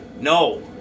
No